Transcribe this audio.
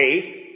faith